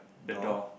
door